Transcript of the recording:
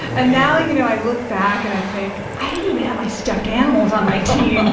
and now you know i look back and i think, i didn't even have my stuffed animals on my team.